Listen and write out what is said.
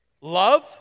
Love